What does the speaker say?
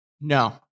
No